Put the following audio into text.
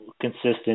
consistent